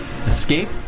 Escape